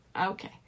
Okay